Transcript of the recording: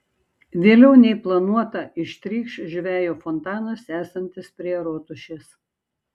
vėliau nei planuota ištrykš žvejo fontanas esantis prie rotušės